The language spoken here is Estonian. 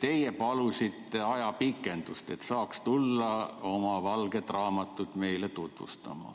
Teie palusite ajapikendust, et saaks tulla oma valget raamatut meile tutvustama.